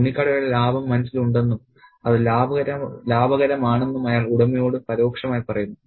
തുണിക്കടയുടെ ലാഭം മനസ്സിൽ ഉണ്ടെന്നും അത് ലാഭകരമാണെന്നും അയാൾ ഉടമയോട് പരോക്ഷമായി പറയുന്നു